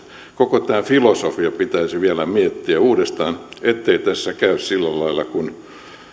koko tämä filosofia pitäisi vielä miettiä uudestaan ettei tässä käy samalla lailla kuin silloin kun a